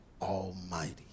almighty